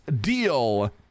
deal